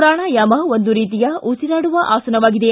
ಪ್ರಾಣಾಯಾಮ ಒಂದು ರೀತಿಯ ಉಸಿರಾಡುವ ಆಸನವಾಗಿದೆ